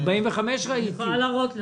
אני יכולה להראות לך.